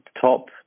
top